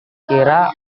kira